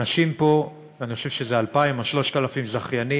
אנשים פה, אני חושב שזה 2,000 או 3,000 זכיינים,